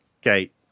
gate